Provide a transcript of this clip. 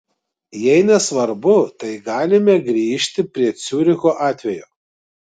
jei nesvarbu tai galime grįžti prie ciuricho atvejo